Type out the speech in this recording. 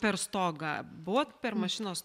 per stogą buvot per mašinos